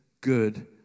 good